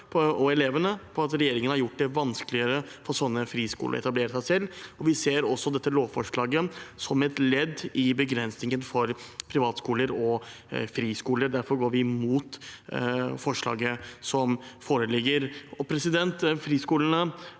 og elevene for at regjeringen har gjort det vanskeligere for slike friskoler å etablere seg. Vi ser også dette lovforslaget som et ledd i begrensningen av privatskoler og friskoler. Derfor går vi imot forslaget som foreligger. Friskolene